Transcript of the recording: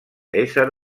ésser